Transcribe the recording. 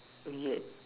weird